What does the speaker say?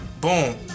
Boom